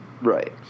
Right